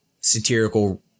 satirical